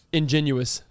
ingenuous